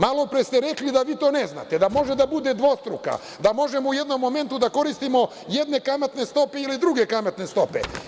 Malopre ste rekli da vi to ne znate, da može da bude dvostruka, da možemo u jednom momentu da koristimo jedne kamatne stope ili druge kamatne stope.